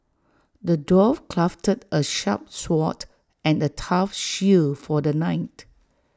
the dwarf crafted A sharp sword and A tough shield for the knight